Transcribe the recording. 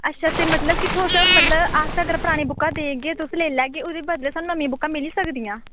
अच्छा कि मतलब तुस अगर अस परानियां बुक्कां देगे ते तुस लेई लैगे ते ओह्दे बाद असेंगी नमीं बुक्कां मिली सकदियां